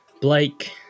blake